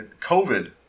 COVID